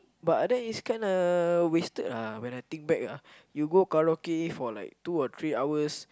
but that is kinda wasted ah when I think back ah you go karaoke for like two or three hours